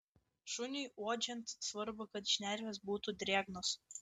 šuniui uodžiant svarbu kad šnervės būtų drėgnos